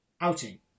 outing